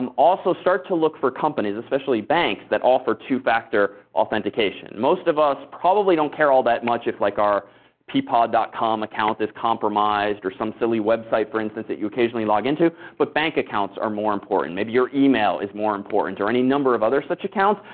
um also start to look for companies, especially banks, that offer two-factor authentication. most of us probably don't care all that much if like our peapod dot com account is compromised or some silly website, for instance, that you occasionally log into, but bank accounts are more important, maybe your email is more important or any number of other such accounts.